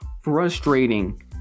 frustrating